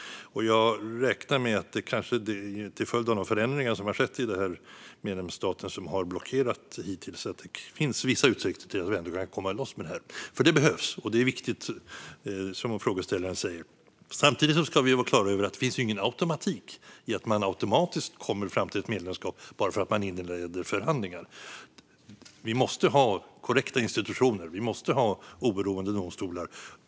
Jag räknar med att det, till följd av de förändringar som har skett i den medlemsstat som hittills har blockerat detta, finns vissa utsikter till att vi ändå kan komma loss med det här. Det behövs, och det är viktigt, som frågeställaren sa. Samtidigt ska vi vara klara över att det inte finns någon automatik här - man kommer inte automatiskt fram till ett medlemskap bara för att man inleder förhandlingar. Vi måste ha korrekta institutioner. Vi måste ha oberoende domstolar.